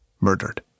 murdered